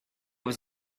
was